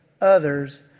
others